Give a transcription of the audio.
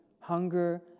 hunger